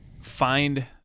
find